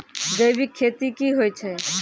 जैविक खेती की होय छै?